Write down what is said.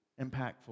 impactful